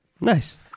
Nice